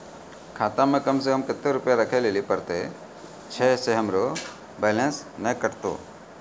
खाता मे कम सें कम कत्ते रुपैया राखै लेली परतै, छै सें हमरो बैलेंस नैन कतो?